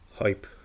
hype